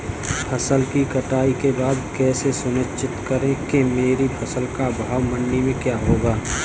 फसल की कटाई के बाद कैसे सुनिश्चित करें कि मेरी फसल का भाव मंडी में क्या होगा?